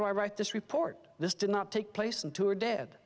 do i write this report this did not take place and two are dead